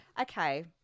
Okay